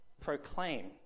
proclaim